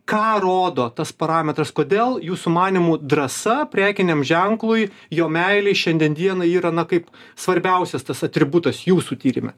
ką rodo tas parametras kodėl jūsų manymu drąsa prekiniam ženklui jo meilei šiandien dienai yra na kaip svarbiausias tas atributas jūsų tyrime